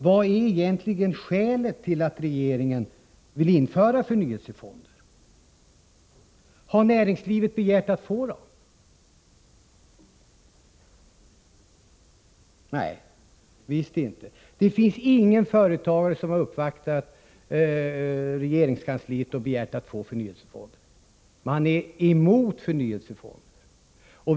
Vad är egentligen skälet till att regeringen vill införa förnyelsefonder? Har näringslivet begärt att få dem? Nej, visst inte. Det finns ingen företagare som har uppvaktat regeringskansliet och begärt att få förnyelsefonder. Man är emot förnyelsefonder.